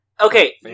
Okay